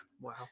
Wow